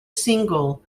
single